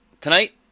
Tonight